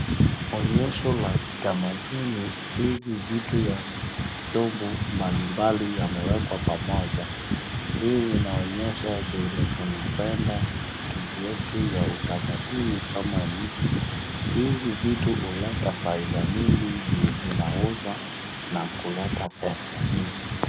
Onyesho la kitamaduni hizi vitu ya chovu mbalimbali yamewekwa pamoja. Hii inaonyesha vile tunapenda vitu vyetu vya utamaduni kama nchi. Hizi vitu huleta faida nyingi juu zinauzwa na kuleta pesa nyingi.